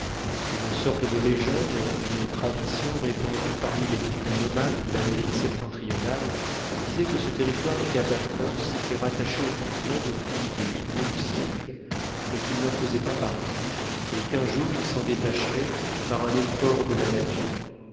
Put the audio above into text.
une sorte de légende une tradition répandue parmi les tribus nomades de l'amérique septentrionale disait que ce territoire du cap bathurst s'était rattaché au continent depuis des milliers de siècles mais qu'il n'en faisait pas partie et qu'un jour il s'en détacherait par un effort de la nature